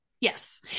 Yes